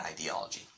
ideology